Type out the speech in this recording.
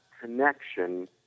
connection